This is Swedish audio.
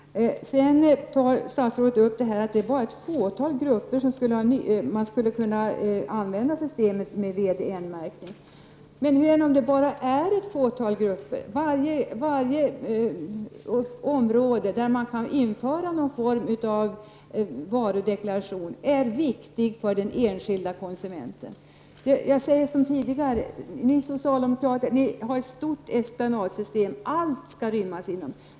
Statsrådet säger att systemet med VDN-märkning bara skulle kunna användas för ett fåtal varugrupper. Men det kanske bara rör sig om ett fåtal grupper. För den enskilde konsumenten är varje område där man kan införa någon form av varudeklaration viktigt. Jag säger som tidigare, att ni socialdemokrater vill att allt skall rymmas inom systemet.